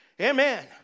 amen